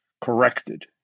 corrected